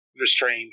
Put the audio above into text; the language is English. restrained